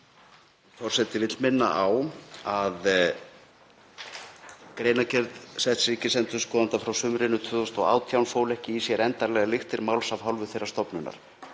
Forseti vill minna á að greinargerð setts ríkisendurskoðanda frá sumrinu 2018 fól ekki í sér endanlegar lyktir máls af hálfu þeirrar stofnunar.